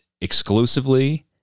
exclusively